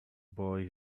boy